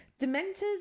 Dementors